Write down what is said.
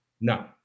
no